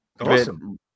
awesome